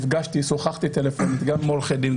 שוחחתי טלפונית גם עם עורכי דין,